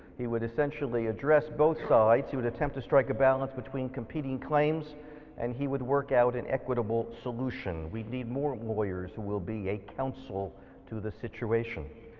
he would essentially address both sides. he would attempt to strike a balance between competing claims and he would work out an equitable solution. we need more lawyers who will be a counsel to the situation,